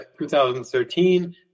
2013